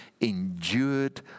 endured